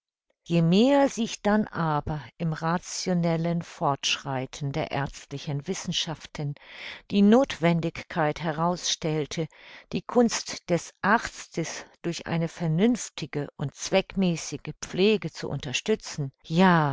je mehr sich dann aber im rationellen fortschreiten der ärztlichen wissenschaften die nothwendigkeit herausstellte die kunst des arztes durch eine vernünftige und zweckmäßige pflege zu unterstützen ja